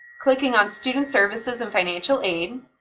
clicking on student services and financial aid,